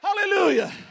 Hallelujah